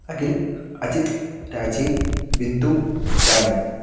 Akhil Ajith Rajeev Bindu Raman